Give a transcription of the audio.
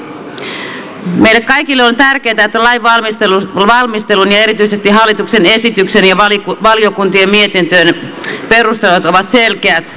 meille kaikille on tärkeätä että lainvalmistelun ja erityisesti hallituksen esityksen ja valiokuntien mietintöjen perustelut ovat selkeät ja yksiselitteiset